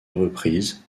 reprise